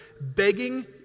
begging